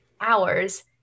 hours